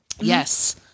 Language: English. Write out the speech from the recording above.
Yes